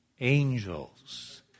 angels